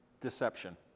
deception